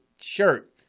shirt